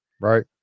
Right